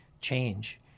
change